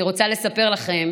אני רוצה לספר לכם